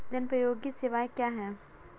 जनोपयोगी सेवाएँ क्या हैं?